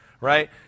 right